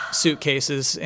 suitcases